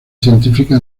científica